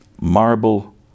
marble